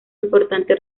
importante